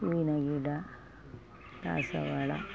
ಹೂವಿನ ಗಿಡ ದಾಸವಾಳ